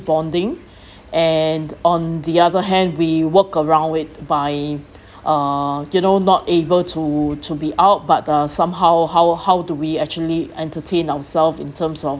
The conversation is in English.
bonding and on the other hand we work around it by uh you know not able to to be out but uh somehow how how do we actually entertain ourselves in terms of